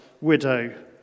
widow